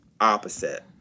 opposite